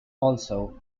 also